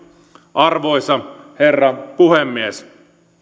arvoisa herra puhemies